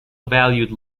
valued